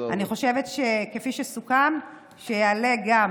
אני חושבת שכפי שסוכם, שיעלה גם